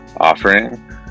offering